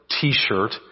t-shirt